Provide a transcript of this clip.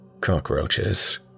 Cockroaches